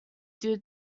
due